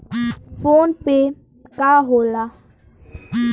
PhonePe का होला?